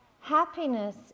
Happiness